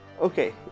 Okay